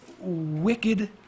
wicked